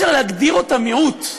חבר הכנסת זוהר מציע מודל חדש של דמוקרטיה,